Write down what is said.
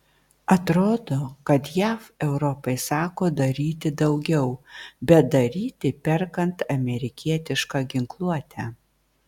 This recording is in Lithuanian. atrodo kad jav europai sako daryti daugiau bet daryti perkant amerikietišką ginkluotę